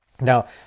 Now